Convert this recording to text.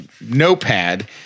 notepad